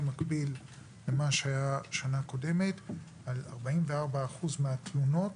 מקביל למה שהיה שנה קודמת על 44% מהתלונות,